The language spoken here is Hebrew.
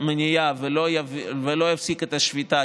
מניעה ולא יפסיק את השביתה,